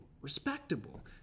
respectable